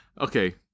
Okay